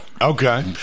Okay